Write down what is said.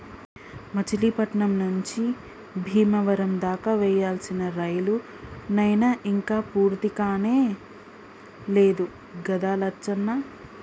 మచిలీపట్నం నుంచి బీమవరం దాకా వేయాల్సిన రైలు నైన ఇంక పూర్తికానే లేదు గదా లచ్చన్న